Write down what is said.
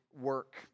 work